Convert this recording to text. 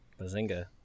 Bazinga